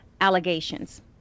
allegations